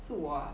是我啊